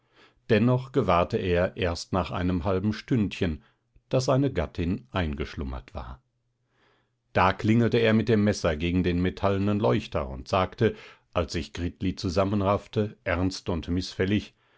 dennoch gewahrte er erst nach einem halben stündchen daß seine gattin eingeschlummert war da klingelte er mit dem messer gegen den metallenen leuchter und sagte als sich gritli zusammenraffte ernst und mißfällig